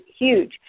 huge